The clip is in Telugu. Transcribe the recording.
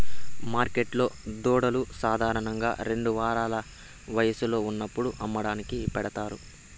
మార్కెట్లో దూడలు సాధారణంగా రెండు వారాల వయస్సులో ఉన్నప్పుడు అమ్మకానికి పెడతారు